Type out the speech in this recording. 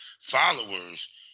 followers